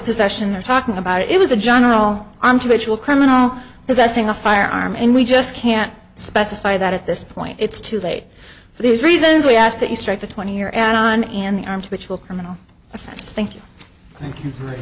possession they're talking about it was a general onto which will criminal possessing a firearm and we just can't specify that at this point it's too late for these reasons we ask that you strike the twenty year and on and the arms which will criminal offense thank you thank you